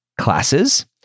classes